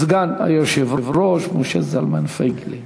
סגן היושב-ראש משה זלמן פייגלין.